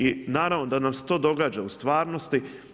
I naravno da nam se to događa u stvarnosti.